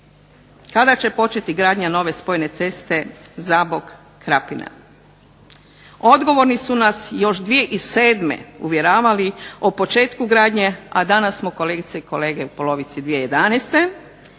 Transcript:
kada će početi gradnja nove spojne ceste Zabok-Krapina? Odgovorni su nas još 2007. uvjeravali o početku gradnje, a danas smo kolegice i kolege u polovici 2011.